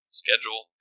schedule